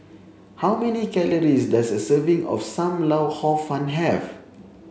how many calories does a serving of Sam Lau Hor Fun have